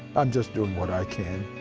i'm just doing what i can.